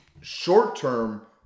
short-term